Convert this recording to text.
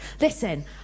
Listen